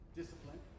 discipline